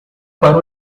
para